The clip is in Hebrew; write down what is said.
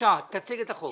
בבקשה תציג את החוק.